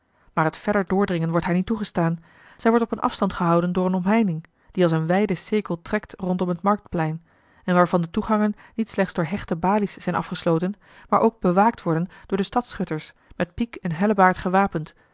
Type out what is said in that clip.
maar het verder doordringen wordt haar niet toegestaan zij wordt op een afstand gehouden door eene omheining die als een wijden cirkel trekt rondom het marktplein en waarvan de toegangen niet slechts door hechte balies zijn afgesloten maar ook bewaakt worden door de stadsschutters met piek en hellebaard gewapend